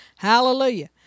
Hallelujah